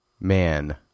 man